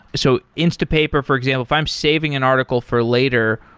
so instapaper, for example, if i'm saving an article for later,